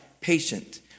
Patient